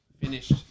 finished